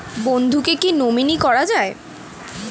বন্ধুকে কী নমিনি করা যায়?